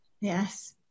yes